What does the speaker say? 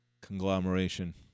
conglomeration